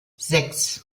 sechs